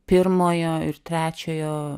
pirmojo ir trečiojo